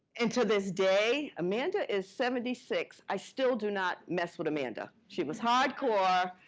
and to this day, amanda is seventy six, i still do not mess with amanda. she was hardcore.